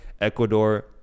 Ecuador